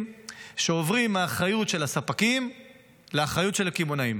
מהאחריות של הספקים לאחריות של הקמעונאים.